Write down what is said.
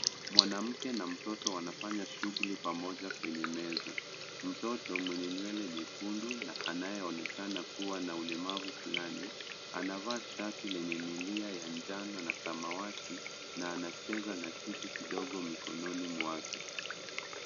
Mwanamke na mtoto wanafanya shughuli pamoja kwenye meza. Mtoto mwenye nywele nyekundu na anayeonekana kua na ulemmavu fulani anavaa shati lenye minia ya njano na samawati na ancheza na kitu kidogo mikononi mwake.